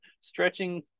stretching